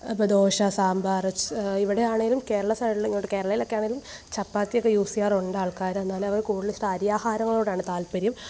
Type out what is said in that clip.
അപ്പം ദോശ സാമ്പാർ ഇവിടെ ആണെങ്കിലും കേരള സൈഡിൽ ഇങ്ങോട്ട് കേരളേയിലൊക്കെ ആണെങ്കിലും ചപ്പാത്തിയൊക്കെ യൂസ് ചെയ്യാറുണ്ട് ആൾക്കാർ എന്നാലും അവർ കൂടുതൽ ഇഷ്ടം അരി ആഹാരങ്ങളോടാണ് താല്പര്യം